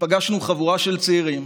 פגשנו חבורה של צעירים